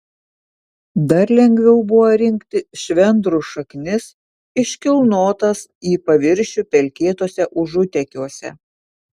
dar lengviau buvo rinkti švendrų šaknis iškilnotas į paviršių pelkėtuose užutekiuose